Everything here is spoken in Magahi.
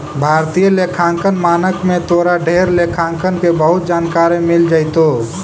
भारतीय लेखांकन मानक में तोरा ढेर लेखांकन के बहुत जानकारी मिल जाएतो